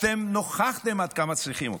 אתם נוכחתם עד כמה צריכים אתכם.